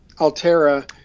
Altera